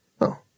Oh